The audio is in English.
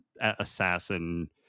assassin